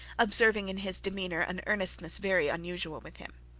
observing in his demeanour an earnestness very unusual with him.